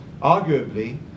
Arguably